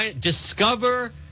Discover